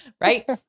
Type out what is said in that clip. right